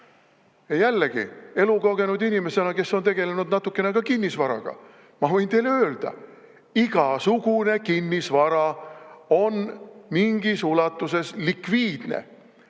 Ja jällegi, elukogenud inimesena, kes on tegelenud natukene ka kinnisvaraga, ma võin teile öelda: igasugune kinnisvara on mingis ulatuses likviidne.